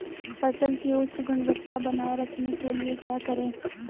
फसल की उच्च गुणवत्ता बनाए रखने के लिए क्या करें?